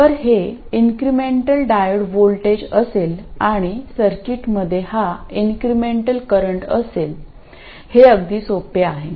तर हे incremental diode voltage असेल आणि सर्किटमध्ये हा इन्क्रिमेंटल करंट असेल हे अगदी सोपे आहे